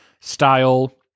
style